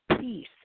peace